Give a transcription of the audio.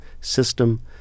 system